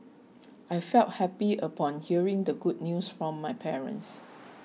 I felt happy upon hearing the good news from my parents